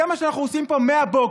זה מה שאנחנו עושים פה מהבוקר,